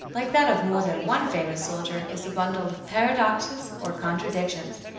like that of more than one famous soldier is a bundle of paradoxes, or contradictions,